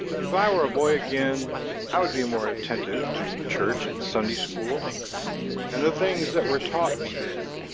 if i were a boy again i would be more attentive to church and sunday school and the things that were taught me there.